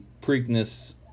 Preakness